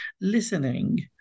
listening